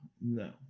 no